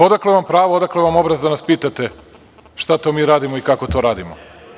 Odakle vam pravo, odakle vam obraz da nas pitate šta to mi radimo i kako to radimo?